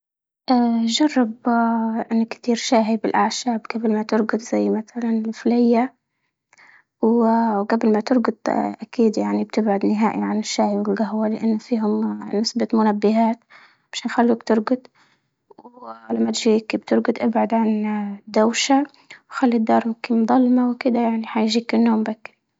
اه جرب اه أنا كتير شاهي بالأعشاب قبل ما ترقد زي مثلا الفليا وقبل ما تربط، اه أكيد يعني بتقعد نهائي عن الشاي والقهوة لأن فيهم اه نسبة منبهات مش حيخلوك ترقد، ولما تجيك بترقد ابعد عن اه الدوشة خلي الدار ممكن ضلمة وكدا يعني حيجيك النوم بكي.